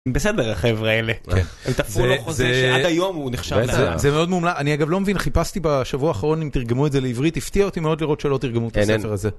הם בסדר, החבר'ה האלה. כן. הם תפרו לו חוזה שעד היום הוא נחשב. בטח. זה מאוד מומל... אני, אגב, לא מבין... חיפשתי בשבוע האחרון אם תרגמו את זה לעברית, הפתיע אותי מאוד לראות שלא תרגמו את הספר הזה.